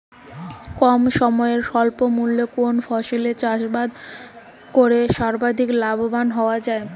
কম সময়ে স্বল্প মূল্যে কোন ফসলের চাষাবাদ করে সর্বাধিক লাভবান হওয়া য়ায়?